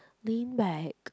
lean back